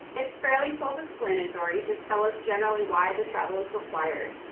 it's fairly self-explanatory, just tell us generally why the travel is required.